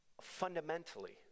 fundamentally